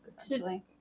essentially